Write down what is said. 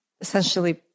essentially